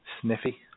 Sniffy